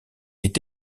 est